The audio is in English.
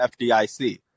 FDIC